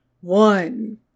one